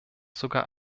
sogar